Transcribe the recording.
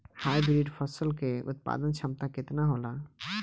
Hybrid फसल क उत्पादन क्षमता केतना होला?